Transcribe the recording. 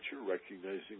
recognizing